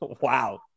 Wow